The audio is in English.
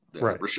Right